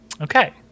Okay